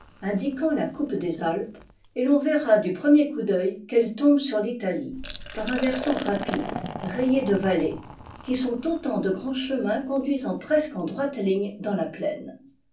indiquant la coupe des alpes et l'on verra du premier coup d'œil qu'elles tombent sur l'italie par un versant rapide rayé de vallées qui sont autant de grands chemins conduisant presque en droite ligne dans la plaine